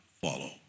follow